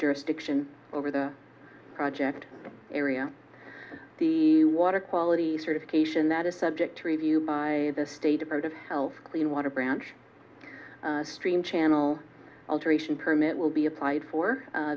jurisdiction over the project area the water quality certification that is subject to review by the state of art of health clean water branch stream channel alteration permit will be applied